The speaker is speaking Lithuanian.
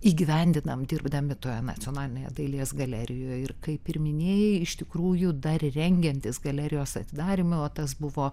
įgyvendinam dirbdami toje nacionalinėje dailės galerijoje ir kaip ir minėjai iš tikrųjų dar rengiantis galerijos atidarymą o tas buvo